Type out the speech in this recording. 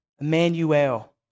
Emmanuel